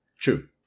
True